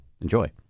Enjoy